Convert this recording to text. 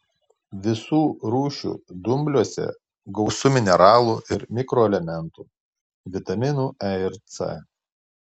visų rūšių dumbliuose gausu mineralų ir mikroelementų vitaminų e ir c